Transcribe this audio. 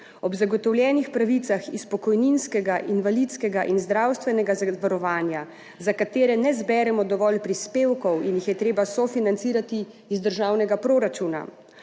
ob zagotovljenih pravicah iz pokojninskega, invalidskega in zdravstvenega zavarovanja, za katere ne zberemo dovolj prispevkov in jih je treba sofinancirati iz državnega proračuna,